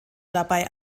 dabei